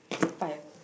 five